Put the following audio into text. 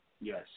Yes